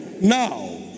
Now